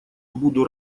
буду